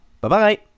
Bye-bye